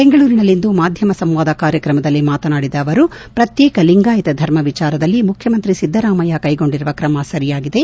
ಬೆಂಗಳೂರಿನಲ್ಲಿಂದು ಮಾಧ್ಯಮ ಸಂವಾದ ಕಾರ್ಯಕ್ರಮದಲ್ಲಿ ಮಾತನಾಡಿದ ಅವರು ಶ್ರತ್ಯೇಕ ಲಿಂಗಾಯಿತ ಧರ್ಮ ವಿಚಾರದಲ್ಲಿ ಮುಖ್ಯಮಂತ್ರಿ ಸಿದ್ದರಾಮಯ್ನ ಕೈಗೊಂಡಿರುವ ತ್ರಮ ಸರಿಯಾಗಿದೆ